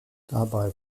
dabei